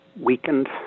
weakened